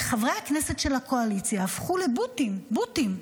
וחברי הכנסת של הקואליציה הפכו לבוטים, בוטים.